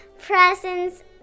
presents